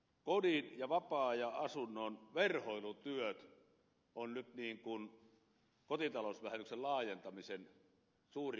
kodin ja vapaa ajan asunnon verhoilutyöt ovat nyt kotitalousvähennyksen laajentamisen suuri tavoite